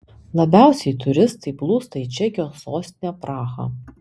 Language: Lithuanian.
labiausiai turistai plūsta į čekijos sostinę prahą